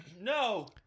no